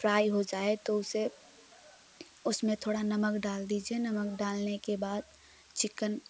fry हो जाए तो उसे उसमें थोड़ा नमक डाल दीजिए नमक डालने के बाद चिकन